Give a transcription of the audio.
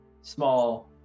small